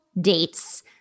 dates